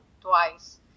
twice